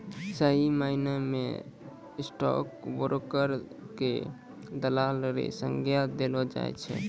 सही मायना म स्टॉक ब्रोकर क दलाल र संज्ञा देलो जाय छै